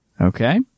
Okay